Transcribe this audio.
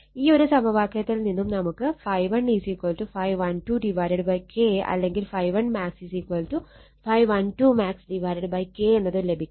ഈ ഒരു സമവാക്യത്തിൽ നിന്നും നമുക്ക് ∅1 ∅12 K അല്ലെങ്കിൽ ∅1 max ∅12 max K എന്നത് ലഭിക്കും